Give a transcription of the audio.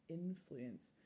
influence